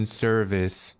service